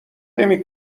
نمی